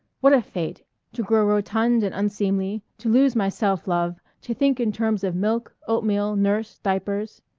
what a fate to grow rotund and unseemly, to lose my self-love, to think in terms of milk, oatmeal, nurse, diapers.